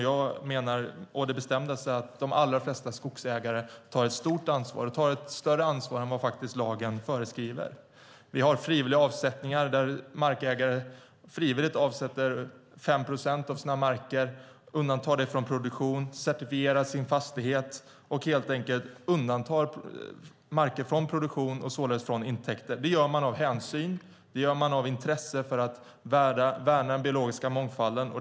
Jag menar å det bestämdaste att de allra flesta skogsägare tar ett stort ansvar - ett större ansvar än vad lagen föreskriver. Vi har markägare som frivilligt avsätter 5 procent av sina marker och undantar den från produktion. De certifierar sina fastigheter. De undantar marker från produktion och således från intäkter. Det gör man av hänsyn. Det gör man av intresse för att värna den biologiska mångfalden.